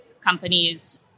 companies